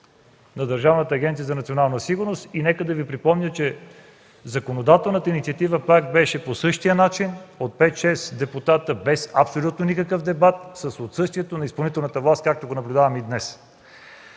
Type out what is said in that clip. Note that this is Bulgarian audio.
на Държавната агенция за национална сигурност. Нека да Ви припомня, че законодателната инициатива пак беше по същия начин – от 5 6 депутати, без абсолютно никакви дебати при отсъствието на изпълнителната власт, както наблюдаваме и днес.